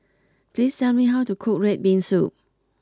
please tell me how to cook Red Bean Soup